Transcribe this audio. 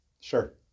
Sure